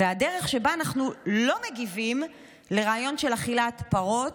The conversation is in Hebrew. והדרך שבה אנחנו לא מגיבים לרעיון של אכילת פרות,